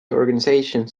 organizations